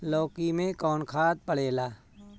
लौकी में कौन खाद पड़ेला?